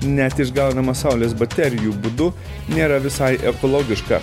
net išgaunama saulės baterijų būdu nėra visai ekologiška